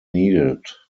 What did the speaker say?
needed